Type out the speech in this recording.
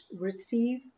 receive